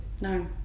No